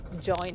join